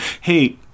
hey